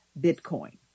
Bitcoin